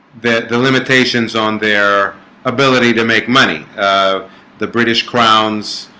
that the limitations on their ability to make money um the british crowns